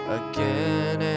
again